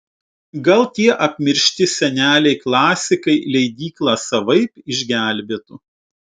gal tie apmiršti seneliai klasikai leidyklą savaip išgelbėtų